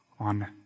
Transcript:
on